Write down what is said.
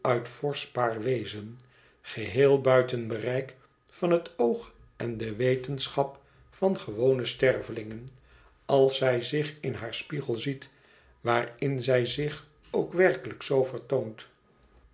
onuitvorschbaar wezen geheel buiten bereik van het oog en de wetenschap van gewone stervelingen als zij zich in haar spiegel ziet waarin zij zich ook werkelijk zoo vertoont